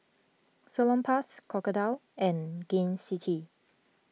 Salonpas Crocodile and Gain City